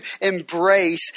embrace